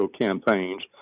campaigns